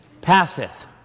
Passeth